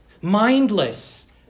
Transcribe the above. mindless